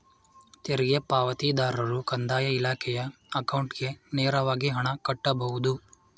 ತೆರಿಗೆ ಪಾವತಿದಾರರು ಕಂದಾಯ ಇಲಾಖೆಯ ಅಕೌಂಟ್ಗೆ ನೇರವಾಗಿ ಹಣ ಕಟ್ಟಬಹುದು